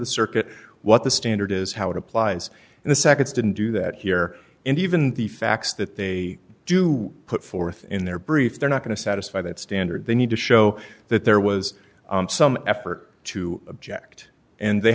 the circuit what the standard is how it applies in the seconds didn't do that here and even the facts that they do put forth in their brief they're not going to satisfy that standard they need to show that there was some effort to object and they